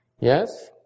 Yes